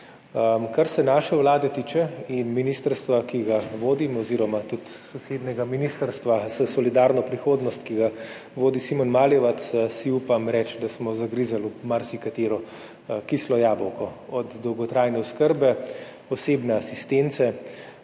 Kar se tiče naše vlade in ministrstva, ki ga vodim, oziroma tudi sosednjega Ministrstva za solidarno prihodnost, ki ga vodi Simon Maljevac, si upam reči, da smo zagrizli v marsikatero kislo jabolko, od dolgotrajne oskrbe, osebne asistence